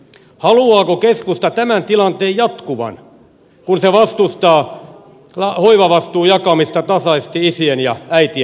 haluaako keskusta tämän tilanteen jatkuvan kun se vastustaa hoivavastuun jakamista tasaisesti isien ja äitien kesken